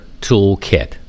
toolkit